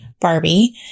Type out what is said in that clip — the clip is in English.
Barbie